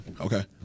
Okay